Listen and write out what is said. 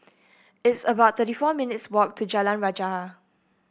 it's about thirty four minutes' walk to Jalan Rajah